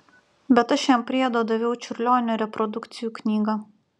bet aš jam priedo daviau čiurlionio reprodukcijų knygą